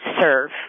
serve